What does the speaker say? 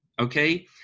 okay